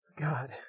God